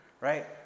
right